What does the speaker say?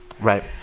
Right